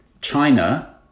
China